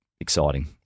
exciting